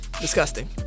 Disgusting